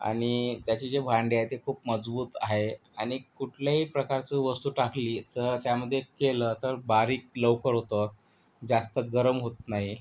आणि त्याची जे भांडी आहेत ते खूप मजबूत आहे आणि कुठल्याही प्रकारचं वस्तू टाकली तर त्यामध्ये केलं तर बारीक लवकर होतं जास्त गरम होत नाही